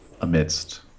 amidst